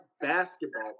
basketball